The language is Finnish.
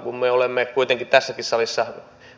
kun me olemme kuitenkin tässäkin salissa